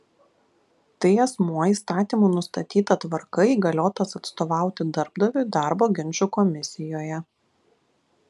tai asmuo įstatymų nustatyta tvarka įgaliotas atstovauti darbdaviui darbo ginčų komisijoje